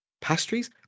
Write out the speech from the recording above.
pastries